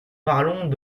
parlons